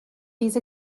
these